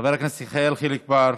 חבר הכנסת יחיאל חיליק בר,